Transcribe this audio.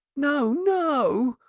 no! no!